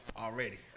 already